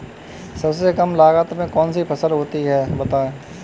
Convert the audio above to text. सबसे कम लागत में कौन सी फसल होती है बताएँ?